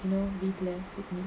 you know be glare